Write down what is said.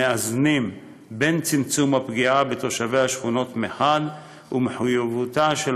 המאזנים בין צמצום הפגיעה בתושבי השכונות מחד גיסא ובין מחויבותה של